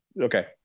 okay